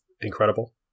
incredible